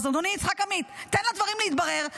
הללו, לכל הפחות צריך לבדוק אותם.